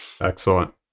excellent